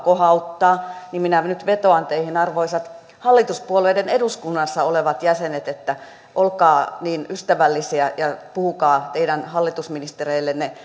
kohauttaa niin minä nyt vetoan teihin arvoisat hallituspuolueiden eduskunnassa olevat jäsenet että olkaa niin ystävällisiä ja puhukaa teidän hallitusministereillenne